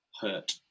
hurt